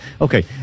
okay